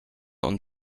und